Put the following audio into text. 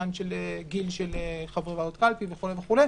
עניין של גיל של חברי ועדות קלפי וכו' וכו',